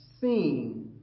seen